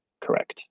correct